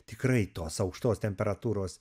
tikrai tos aukštos temperatūros